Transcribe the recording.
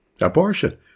Abortion